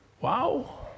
Wow